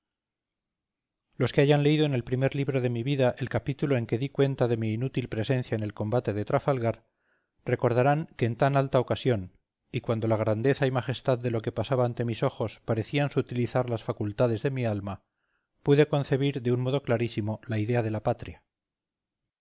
los que hayan leído en el primer libro de mi vida el capítulo en que di cuenta de mi inútil presencia en el combate de trafalgar recordarán que en tan alta ocasión y cuando la grandeza y majestad de lo que pasaba ante mis ojos parecían sutilizar las facultades de mi alma puede concebir de un modo clarísimo la idea de la patria